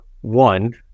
one